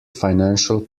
financial